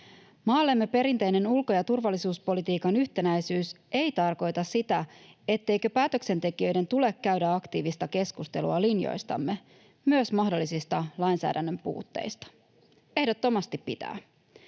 Maallemme perinteinen ulko‑ ja turvallisuuspolitiikan yhtenäisyys ei tarkoita sitä, etteikö päätöksentekijöiden tule käydä aktiivista keskustelua linjoistamme, myös mahdollisista lainsäädännön puutteista. Ehdottomasti pitää.